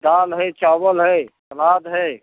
दाल है चावल है सलाद है